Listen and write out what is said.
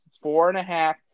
four-and-a-half